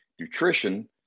nutrition